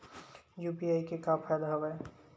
UPI के का फ़ायदा हवय?